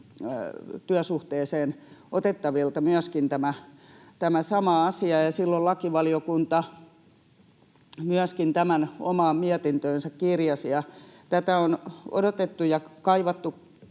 työsuhteeseen otettavilta myöskin tämä sama asia, ja silloin lakivaliokunta myöskin tämän omaan mietintöönsä kirjasi, ja tätä on odotettu ja kaivattu